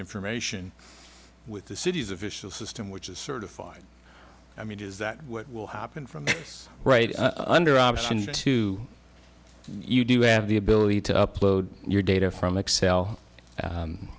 information with the city's official system which is certified i mean is that what will happen from right under option to you do have the ability to upload your data from